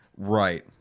Right